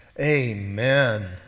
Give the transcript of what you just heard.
amen